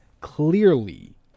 clearly